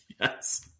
Yes